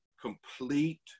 complete